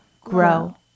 grow